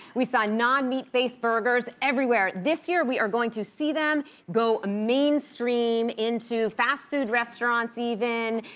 we saw non-meat based burgers everywhere. this year, we are going to see them go mainstream into fast food restaurants even,